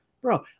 bro